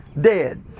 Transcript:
dead